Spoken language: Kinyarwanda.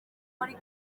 muri